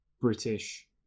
British